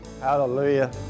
Hallelujah